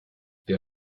der